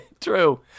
true